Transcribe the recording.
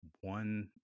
one